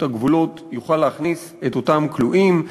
הגבולות יוכל להכניס את אותם כלואים,